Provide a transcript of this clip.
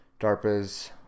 DARPA's